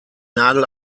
nagel